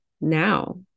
now